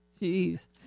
Jeez